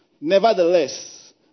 Nevertheless